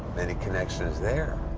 any connections there?